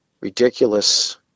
ridiculous